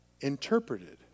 interpreted